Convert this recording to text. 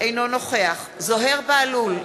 אינו נוכח זוהיר בהלול,